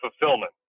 fulfillment